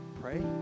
pray